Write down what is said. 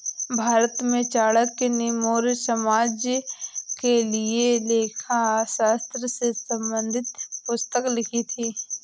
भारत में चाणक्य ने मौर्य साम्राज्य के लिए लेखा शास्त्र से संबंधित पुस्तक लिखी थी